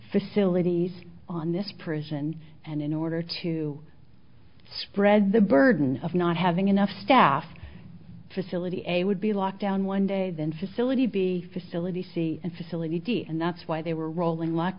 facilities on this prison and in order to spread the burden of not having enough staff facility a would be locked down one day then facility b facility c and facility d and that's why they were rolling